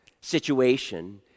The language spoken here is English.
situation